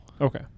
Okay